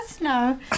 no